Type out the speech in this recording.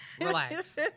Relax